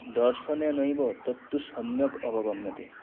दर्शनेनैव तत्तु सम्यक् अवगम्यते